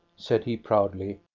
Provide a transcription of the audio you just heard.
said he proudly,